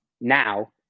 now